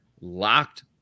locked